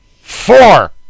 Four